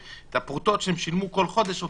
והפרוטות שהם שילמו כל חודש,